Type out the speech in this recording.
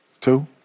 two